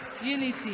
Unity